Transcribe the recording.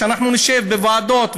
שנשב בוועדות,